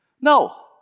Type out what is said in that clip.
No